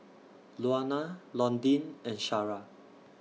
Luana Londyn and Shara